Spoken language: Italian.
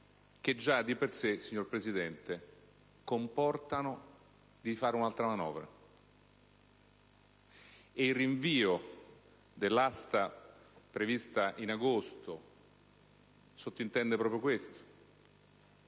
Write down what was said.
che già di per sé, signor Presidente, comporta l'adozione di un'altra manovra. E il rinvio dell'asta prevista in agosto sottintende proprio questo: